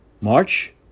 March